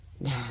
Now